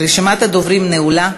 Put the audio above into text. רשימת הדוברים נעולה.